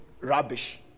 rubbish